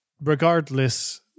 regardless